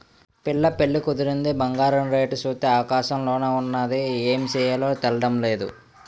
పిల్ల పెళ్లి కుదిరింది బంగారం రేటు సూత్తే ఆకాశంలోన ఉన్నాది ఏమి సెయ్యాలో తెల్డం నేదు